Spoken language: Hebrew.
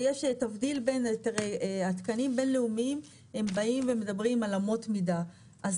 תבדיל בין היתרי התקנים בינלאומיים בם באים ומדברים על אמות מידה,